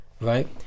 right